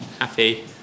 Happy